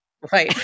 Right